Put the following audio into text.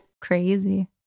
Crazy